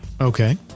Okay